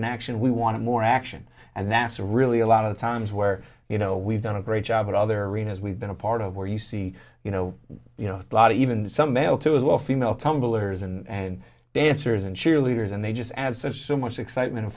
an action we want to more action and that's really a lot of times where you know we've done a great job at other arenas we've been a part of where you see you know you know a lot even some hail to as well female tumblers and dancers and cheerleaders and they just add since so much excitement